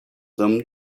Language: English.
them